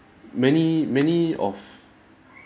many many of